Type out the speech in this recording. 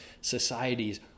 societies